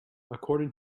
according